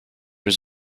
was